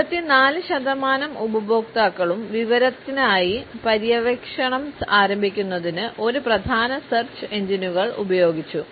84 ശതമാനം ഉപഭോക്താക്കളും വിവരത്തിനായി പര്യവേക്ഷണം ആരംഭിക്കുന്നതിന് ഒരു പ്രധാന സെർച്ച് എഞ്ചിനുകൾ ഉപയോഗിച്ചു